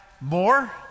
more